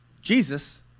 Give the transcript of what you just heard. Jesus